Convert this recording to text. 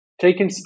taken